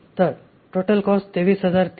तर total cost 23350 आहे